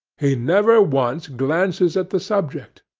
he never once glances at the subject.